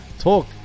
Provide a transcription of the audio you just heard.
talk